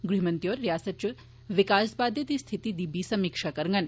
गृहमंत्री होर रिआसतै च विकास बाद्दे दी स्थिति दी बी समीक्षा करगन